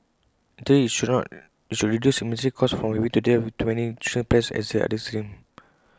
in theory IT should reduce administrative costs from having to deal with too many insurance plans as the other extreme